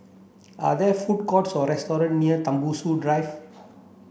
are there food courts or restaurant near Tembusu Drive